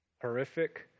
horrific